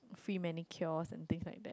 free manicure and things like that